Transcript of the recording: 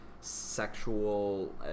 sexual